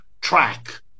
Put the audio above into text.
track